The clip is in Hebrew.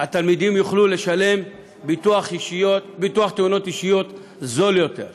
התלמידים יוכלו לשלם ביטוח תאונות אישיות זול יותר.